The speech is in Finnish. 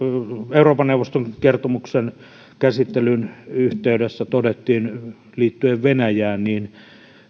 euroopan neuvoston kertomuksen käsittelyn yhteydessä todettiin liittyen venäjään niin